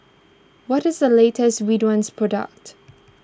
what is the latest Ridwind product